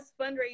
fundraising